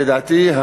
לדעתי,